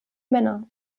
männer